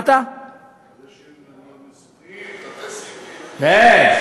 נעשה בשעה שאנחנו אפילו לא יודעים אם יתקיים פה דיון על הגז,